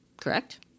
Correct